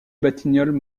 batignolles